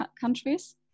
countries